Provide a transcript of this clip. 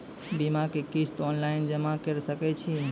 बीमाक किस्त ऑनलाइन जमा कॅ सकै छी?